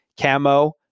camo